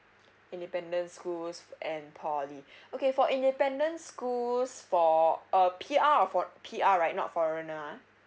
independent school and poly okay for independent schools for a P_R for P_R right not foreigner ah